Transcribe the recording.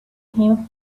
him